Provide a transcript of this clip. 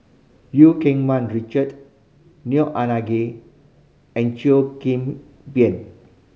Eu Keng Mun Richard Neo Anngee and Cheo Kim Ban